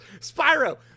Spyro